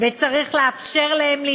וצריך לאפשר להם לקבל שירותי רפואה,